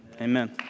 Amen